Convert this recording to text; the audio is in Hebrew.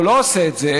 הוא לא עושה את זה,